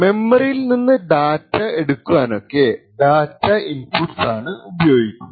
മെമ്മോറിയിൽ നിന്ന് ഡാറ്റ എടുക്കാനൊക്കെ data inputs അനുപയോഗിക്കുന്നത്